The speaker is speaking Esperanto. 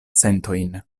sentojn